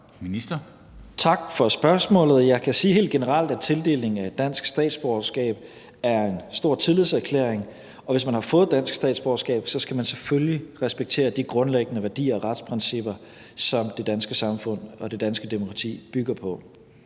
Tak for spørgsmålet. Jeg kan sige helt generelt, at tildelingen af dansk statsborgerskab er en stor tillidserklæring, og hvis man har fået dansk statsborgerskab, skal man selvfølgelig respektere de grundlæggende værdier og retsprincipper, som det danske samfund og det danske demokrati bygger på.